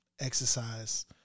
exercise